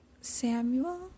Samuel